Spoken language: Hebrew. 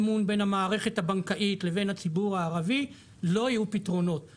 יש הצעת חוק שהכנתי אז לא היינו צריכים להשתמש בה